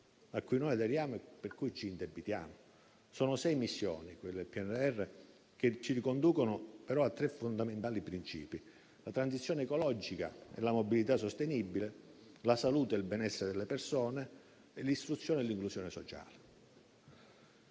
a cui noi aderiamo e per cui ci indebitiamo. Sono sei missioni, quelle del PNRR, che ci riconducono però a tre fondamentali princìpi: la transizione ecologica e la mobilità sostenibile; la salute e il benessere delle persone; l'istruzione e l'inclusione sociale.